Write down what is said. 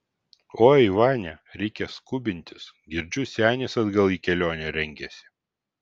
oi vania reikia skubintis girdžiu senis atgal į kelionę rengiasi